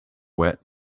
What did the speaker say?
wet